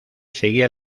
seguía